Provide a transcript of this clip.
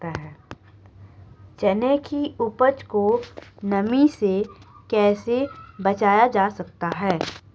चने की उपज को नमी से कैसे बचाया जा सकता है?